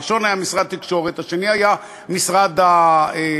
הראשון היה במשרד התקשורת, השני היה במשרד החוץ.